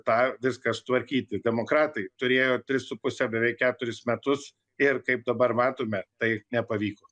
tą viską sutvarkyti demokratai turėjo tris su puse beveik keturis metus ir kaip dabar matome tai nepavyko